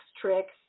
tricks